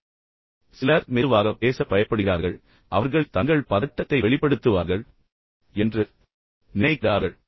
எனவே சிலர் மெதுவாக பேச பயப்படுகிறார்கள் ஏனென்றால் அவர்கள் தங்கள் பதட்டத்தை வெளிப்படுத்துவார்கள் என்று நினைக்கிறார்கள்